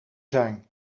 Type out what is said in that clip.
zijn